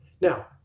Now